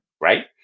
right